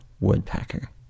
woodpecker